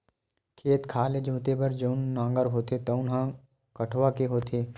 खेत खार ल जोते बर जउन नांगर होथे तउन ह कठवा के होथे